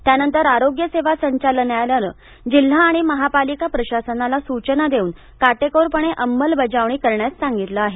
त्यानंतर आरोग्य सेवा संचालना लयानं जिल्हा आणि महापालिका प्रशासनाला सूचना देऊन काटेकोरपणे अंमलबजावणी करण्यास सांगितलं आहे